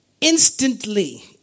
instantly